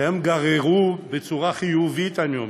שהם גררו, בצורה חיובית, אני אומר,